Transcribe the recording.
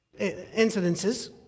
incidences